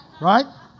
right